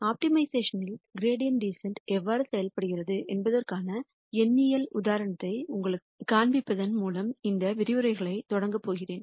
ஆப்டிமைசேஷன்லில் gradient descent எவ்வாறு செயல்படுகிறது என்பதற்கான எண்ணியல் உதாரணத்தை உங்களுக்குக் காண்பிப்பதன் மூலம் இந்த விரிவுரைகளைத் தொடங்கப் போகிறேன்